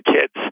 kids